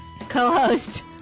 co-host